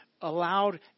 allowed